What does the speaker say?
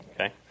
Okay